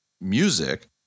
music